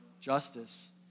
justice